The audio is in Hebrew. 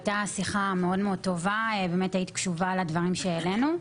הייתה שיחה מאוד טובה והיית קשובה לדברים שהעלינו.